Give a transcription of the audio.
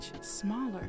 smaller